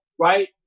right